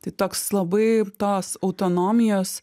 tai toks labai tos autonomijos